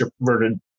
extroverted